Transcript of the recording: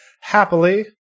happily